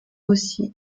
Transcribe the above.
aussi